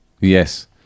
Yes